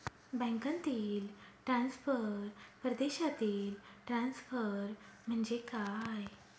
बँकांतील ट्रान्सफर, परदेशातील ट्रान्सफर म्हणजे काय?